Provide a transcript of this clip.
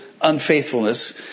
unfaithfulness